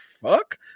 fuck